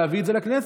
ולהביא את זה לכנסת.